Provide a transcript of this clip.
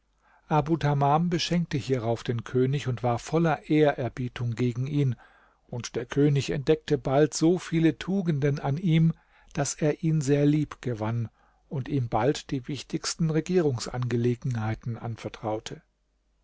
beschenkte hierauf den könig und war voller ehrerbietung gegen ihn und der könig entdeckte bald so viele tugenden an ihm daß er ihn sehr lieb gewann und ihm bald die wichtigsten regierungsangelegenheiten anvertraute